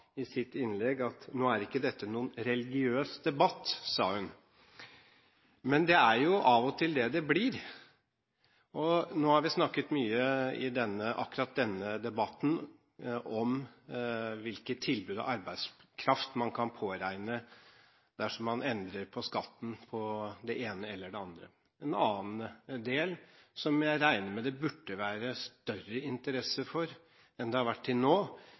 i sitt innlegg, at dette ikke er en religiøs debatt. Men det er jo det det av og til blir. Nå har vi i akkurat i denne debatten snakket mye om hvilke tilbud av arbeidskraft man kan påregne dersom man endrer på skatten, på det ene eller det andre. En annen del, som jeg regner med det burde være større interesse for enn det har vært til nå,